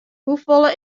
hoefolle